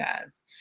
guys